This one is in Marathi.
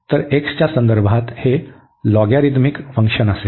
तर x च्या संदर्भात हे लॉगरिथमिक फंक्शन असेल